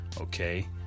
Okay